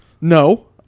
No